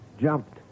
jumped